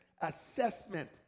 assessment